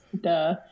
Duh